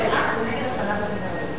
דב חנין נמצא.